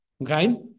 Okay